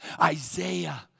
Isaiah